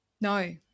No